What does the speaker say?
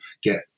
get